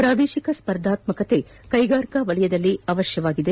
ಪ್ರಾದೇಶಿಕ ಸ್ಪರ್ಧಾತ್ಮಕತೆ ಕೈಗಾರಿಕಾ ವಲಯದಲ್ಲಿ ಅವಶ್ಯವಾಗಿದೆ